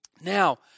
Now